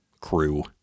crew